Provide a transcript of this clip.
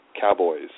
cowboys